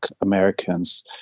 Americans